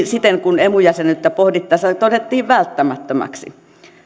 siten kuin emu jäsenyyttä pohdittaessa todettiin välttämättömäksi